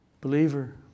Believer